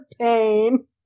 pain